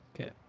Okay